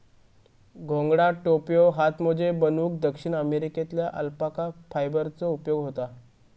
घोंगडा, टोप्यो, हातमोजे बनवूक दक्षिण अमेरिकेतल्या अल्पाका फायबरचो उपयोग होता